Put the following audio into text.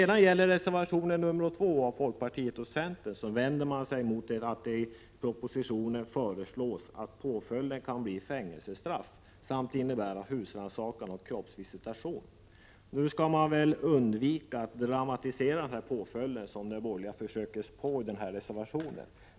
I reservation 2 av folkpartiet och centern vänder man sig mot att det i propositionen föreslås att påföljden kan bli fängelsestraff samt att husrannsakan och kroppsvisitation skall få förekomma. Nu skall man väl undvika att dramatisera den här påföljden, vilket de borgerliga försöker sig på i den här reservationen.